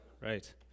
Right